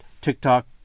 TikTok